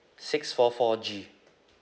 six four four G